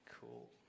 Cool